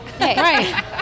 right